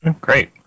Great